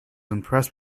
impressed